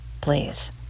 Please